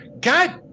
god